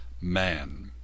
man